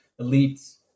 elites